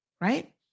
right